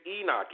Enoch